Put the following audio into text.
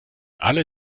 alle